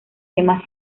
temas